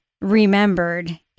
remembered